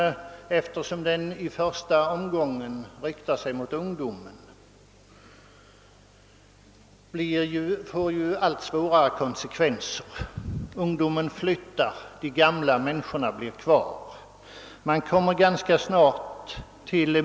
Eftersom denna i första hand kommer att gälla ungdomen får den allt svårare konsekvenser. Ungdomen flyttar, de gamla människorna stannar kvar.